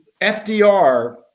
FDR